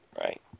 Right